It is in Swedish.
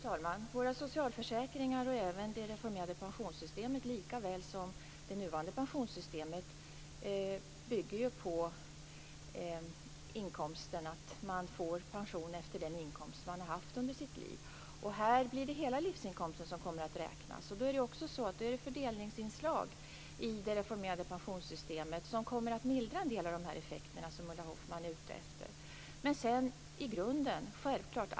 Fru talman! Våra socialförsäkringar och det reformerade pensionssystemet likaväl som det nuvarande pensionssystemet bygger på att man får pension efter den inkomst man har haft under sitt liv. Nu kommer hela livsinkomsten att räknas. Fördelningsinslag i det reformerade pensionssystemet kommer att mildra en del av de effekter som Ulla Hoffmann är ute efter.